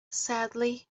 sadly